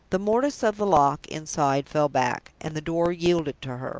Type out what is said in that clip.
the mortise of the lock inside fell back, and the door yielded to her.